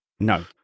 No